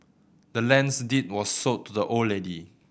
the land's deed was sold to the old lady